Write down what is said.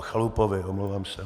Chalupovi omlouvám se.